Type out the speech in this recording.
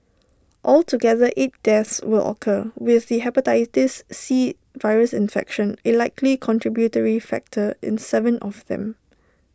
altogether eight deaths would occur with the Hepatitis C virus infection A likely contributory factor in Seven of them